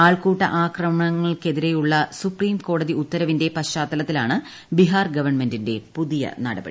ആൾക്കൂട്ട അക്രമങ്ങൾക്കെതിരെയുള്ള സുപ്രീം കോടതി ഉത്തരവിന്റെ പശ്ചാത്തലത്തിലാണ് ബിഹാർ ഗവൺമെന്റിന്റെ പുതിയ നടപടി